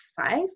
five